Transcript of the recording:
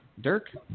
Dirk